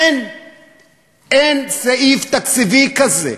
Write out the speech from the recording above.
אין סעיף תקציבי כזה.